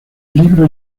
libro